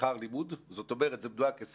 כשכר לימוד, כשכל"ם.